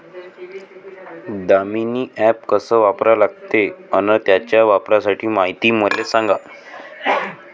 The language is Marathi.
दामीनी ॲप कस वापरा लागते? अन त्याच्या वापराची मायती मले सांगा